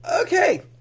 Okay